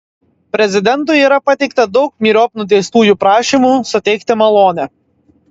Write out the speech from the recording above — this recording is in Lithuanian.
prezidentui yra pateikta daug myriop nuteistųjų prašymų suteikti malonę